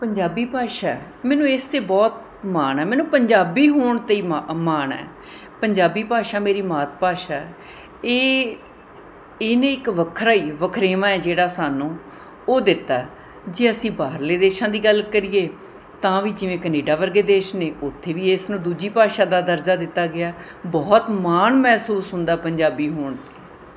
ਪੰਜਾਬੀ ਭਾਸ਼ਾ ਮੈਨੂੰ ਇਸ 'ਤੇ ਬਹੁਤ ਮਾਣ ਹੈ ਮੈਨੂੰ ਪੰਜਾਬੀ ਹੋਣ 'ਤੇ ਹੀ ਮਾ ਮਾਣ ਹੈ ਪੰਜਾਬੀ ਭਾਸ਼ਾ ਮੇਰੀ ਮਾਤ ਭਾਸ਼ਾ ਇਹ ਇਹਨੇ ਇੱਕ ਵੱਖਰਾ ਹੀ ਵਖਰੇਵਾਂ ਹੈ ਜਿਹੜਾ ਸਾਨੂੰ ਉਹ ਦਿੱਤਾ ਜੇ ਅਸੀਂ ਬਾਹਰਲੇ ਦੇਸ਼ਾਂ ਦੀ ਗੱਲ ਕਰੀਏ ਤਾਂ ਵੀ ਜਿਵੇਂ ਕਨੇਡਾ ਵਰਗੇ ਦੇਸ਼ ਨੇ ਉੱਥੇ ਵੀ ਇਸ ਨੂੰ ਦੂਜੀ ਭਾਸ਼ਾ ਦਾ ਦਰਜਾ ਦਿੱਤਾ ਗਿਆ ਬਹੁਤ ਮਾਣ ਮਹਿਸੂਸ ਹੁੰਦਾ ਪੰਜਾਬੀ ਹੋਣ 'ਤੇ